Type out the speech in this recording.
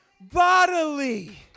Bodily